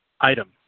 item